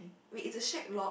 wait is the shack locked